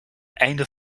einde